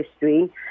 history